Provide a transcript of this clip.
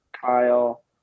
Kyle